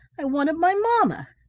i wanted my mamma.